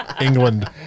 England